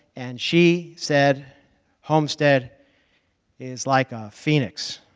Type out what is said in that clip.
and she said homestead is like a phoenix,